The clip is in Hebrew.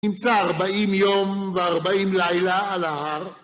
נמצא ארבעים יום וארבעים לילה על ההר.